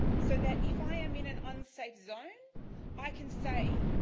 so that if i am in an unsafe zone i can say,